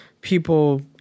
people